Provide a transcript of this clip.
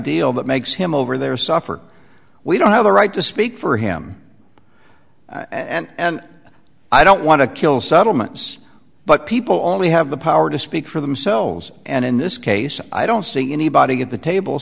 deal that makes him over there suffer we don't have the right to speak for him and and i don't want to kill settlements but people only have the power to speak for themselves and in this case i don't see anybody at the table